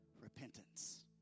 repentance